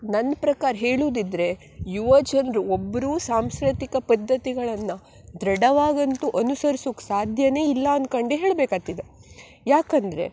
ನನ್ನ ಪ್ರಕಾರ ಹೇಳೋದಿದ್ರೆ ಯುವಜನರು ಒಬ್ಬರೂ ಸಾಂಸ್ಕೃತಿಕ ಪದ್ದತಿಗಳನ್ನು ದೃಢವಾಗಿ ಅಂತೂ ಅನುಸರಿಸುಕ್ಕೆ ಸಾಧ್ಯವೇ ಇಲ್ಲ ಅನ್ಕೊಂಡೆ ಹೇಳ್ಬೇಕಾತಿದು ಯಾಕಂದರೆ